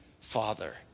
father